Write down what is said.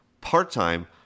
part-time